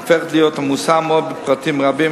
הופכת להיות עמוסה מאוד בפרטים רבים,